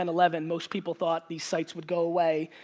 and eleven, most people thought these sites would go away.